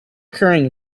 occurring